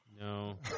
No